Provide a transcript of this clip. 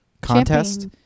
contest